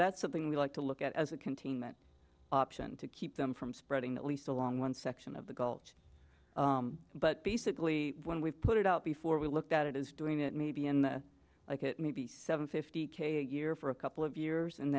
that's something we like to look at as a containment option to keep them from spreading that lease along one section of the gulch but basically when we put it out before we looked at it is doing it maybe in the like it may be seven fifty k a year for a couple of years and